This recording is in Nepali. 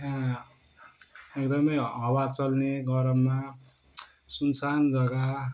एकदमै हावा चल्ने गरममा सुनसान जग्गा